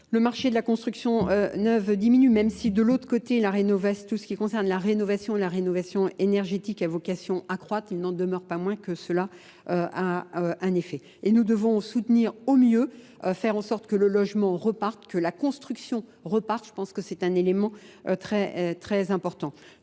Le marché de la construction neuve diminue, même si de l'autre côté, tout ce qui concerne la rénovation énergétique à vocation accroite, il n'en demeure pas moins que cela a un effet. Et nous devons soutenir au mieux, faire en sorte que le logement reparte, que la construction reparte. Je pense que c'est un élément très important.